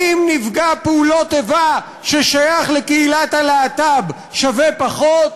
האם נפגע פעולות איבה ששייך לקהילת הלהט"ב שווה פחות?